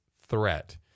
threat